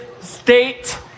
state